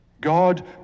God